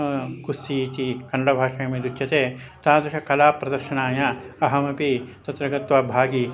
कुस्सि इति कन्नडभाषायाम् यदुच्यते तादृशकलाप्रदर्शनाय अहमपि तत्र गत्वा भागी